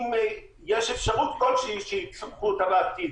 יש אפשרות כלשהי שיצטרכו אותה בעתיד.